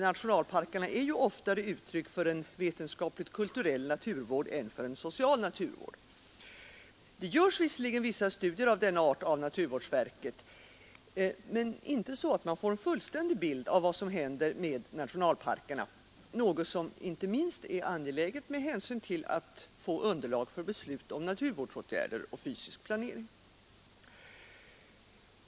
Nationalparkerna är ju oftare uttryck för en vetenskapligt-kulturell naturvård än för en social naturvård. Det görs visserligen studier av denna art av naturvårdsverket, men inte så att man får en fullständig bild av vad som händer med nationalparkerna — något som är angeläget inte minst med hänsyn till behovet av underlag för beslut om naturvårdsåtgärder och fysisk planering.